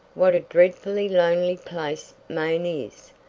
what a dreadfully lonely place maine is!